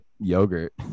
yogurt